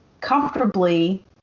comfortably